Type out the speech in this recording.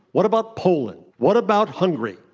what about poland? what about hungary?